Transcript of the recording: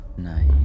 Nice